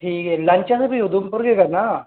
ठीक ऐ जी लंच असें भी उधमपुर गै करना